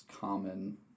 common